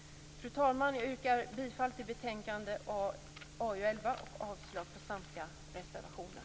Fru talman! Jag yrkar bifall till hemställan i betänkande AU11 och avslag på samtliga reservationer.